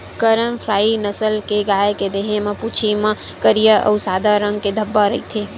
करन फ्राइ नसल के गाय के देहे म, पूछी म करिया अउ सादा रंग के धब्बा रहिथे